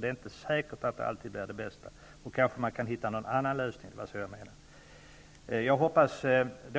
Det är inte säkert att det alltid är det bästa. Man kanske kan hitta någon annan lösning. Det var så jag menade. Jag hoppas